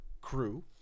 crew